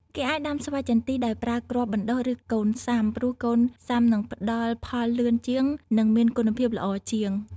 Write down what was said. គេអាចដាំស្វាយចន្ទីដោយប្រើ គ្រាប់បណ្តុះ ឬ កូនផ្សាំ ព្រោះកូនផ្សាំនឹងផ្តល់ផលលឿនជាង និងមានគុណភាពល្អជាង។